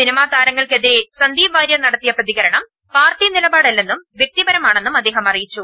സിനിമാതാര ങ്ങൾക്കെതിരെ സന്ദീപ് വാര്യർ നടത്തിയ പ്രതികരണം പാർട്ടി നിലപാട് അല്ലെന്നും വൃക്തിപരമാണെന്നും അദ്ദേഹം അറിയിച്ചു